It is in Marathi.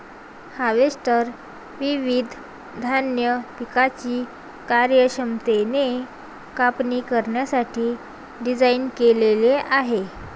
हार्वेस्टर विविध धान्य पिकांची कार्यक्षमतेने कापणी करण्यासाठी डिझाइन केलेले आहे